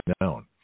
known